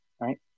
right